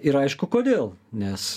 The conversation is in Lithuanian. ir aišku kodėl nes